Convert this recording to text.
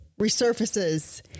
resurfaces